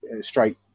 straight